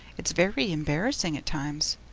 it's very embarrassing at times.